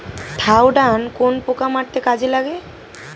Thiodan কোন পোকা মারতে কাজে লাগে?